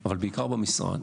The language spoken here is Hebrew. אבל בעיקר במשרד,